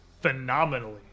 phenomenally